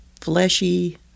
fleshy